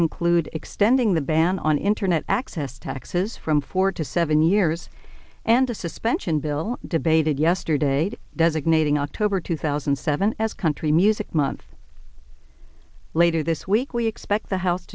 include extending the ban on internet access taxes from four to seven years and a suspension bill debated yesterday designating october two thousand and seven as country music month later this week we expect the h